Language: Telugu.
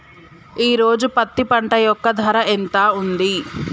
ఈ రోజు పత్తి పంట యొక్క ధర ఎంత ఉంది?